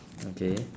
okay